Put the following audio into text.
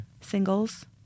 Singles